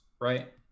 right